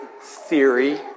theory